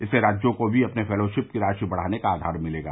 इससे राज्यों को भी अपनी फेलोशिप की राशि बढ़ाने का आधार मिलेगा